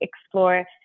explore